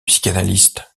psychanalyste